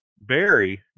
Barry